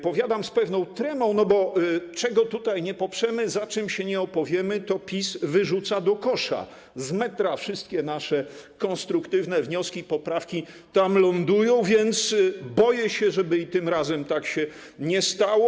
Powiadam: z pewną tremą, bo cokolwiek tutaj poprzemy, za czymkolwiek się opowiemy, to PiS wyrzuca do kosza, z metra wszystkie nasze konstruktywne wnioski i poprawki tam lądują, więc boję się, żeby i tym razem tak się nie stało.